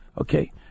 Okay